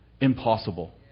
impossible